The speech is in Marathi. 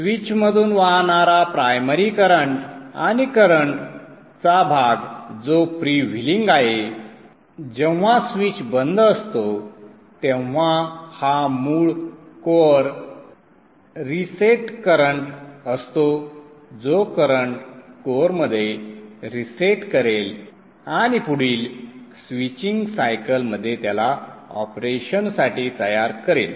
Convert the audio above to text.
स्विचमधून वाहणारा प्रायमरी करंट आणि करंट चा भाग जो फ्रीव्हीलिंग आहे जेव्हा स्विच बंद असतो तेव्हा हा मूळ कोअर रिसेट करंट असतो जो करंट कोअरमध्ये रिसेट करेल आणि पुढील स्विचिंग सायकल मध्ये त्याला ऑपरेशनसाठी तयार करेल